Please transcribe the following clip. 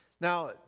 Now